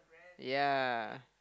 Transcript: yea